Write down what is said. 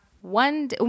one